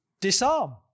Disarm